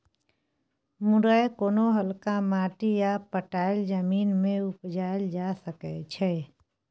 मुरय कोनो हल्का माटि आ पटाएल जमीन मे उपजाएल जा सकै छै